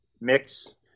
mix